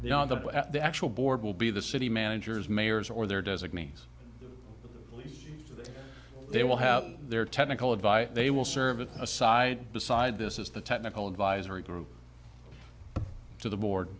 at the actual board will be the city managers mayors or their designees they will have their technical advice they will serve it aside decide this is the technical advisory group to the board